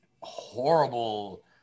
horrible